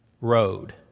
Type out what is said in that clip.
road